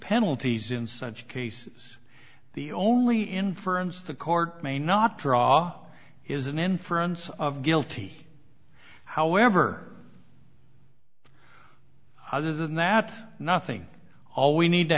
penalties in such cases the only inference the court may not draw is an inference of guilty however other than that nothing all we need to